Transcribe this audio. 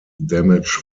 damage